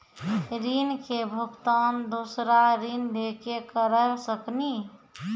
ऋण के भुगतान दूसरा ऋण लेके करऽ सकनी?